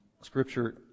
Scripture